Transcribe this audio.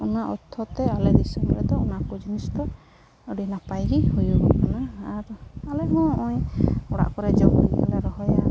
ᱚᱱᱟ ᱚᱨᱛᱷᱚᱛᱮ ᱟᱞᱮᱫᱤᱥᱚᱢ ᱨᱮᱫᱚ ᱚᱱᱟᱠᱚ ᱡᱤᱱᱤᱥᱫᱚ ᱟᱹᱰᱤ ᱱᱟᱯᱟᱭᱜᱮ ᱦᱩᱭᱩᱜᱚᱜ ᱠᱟᱱᱟ ᱟᱨ ᱟᱞᱮᱦᱚᱸ ᱦᱚᱸᱜᱼᱚᱭ ᱚᱲᱟᱜ ᱠᱚᱨᱮ ᱡᱚᱢ ᱞᱟᱹᱜᱤᱫᱞᱮ ᱨᱚᱦᱚᱭᱟ